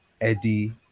Eddie